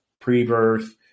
pre-birth